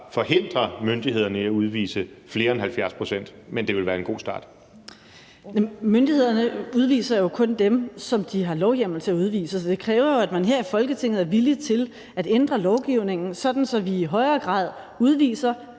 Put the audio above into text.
næstformand (Trine Torp): Ordføreren. Kl. 14:36 Pernille Vermund (NB): Myndighederne udviser jo kun dem, som de har lovhjemmel til at udvise, så det kræver jo, at man her i Folketinget er villig til at ændre lovgivningen, sådan at vi i højere grad udviser